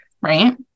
Right